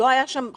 לא הייתה שם חבלה,